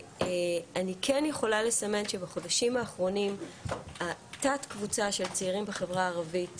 אני כן יכולה לסמן שבחודשים התת-קבוצה של צעירים בחברה הערבית,